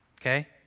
okay